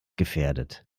gefährdet